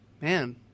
Man